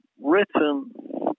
written